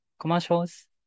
commercials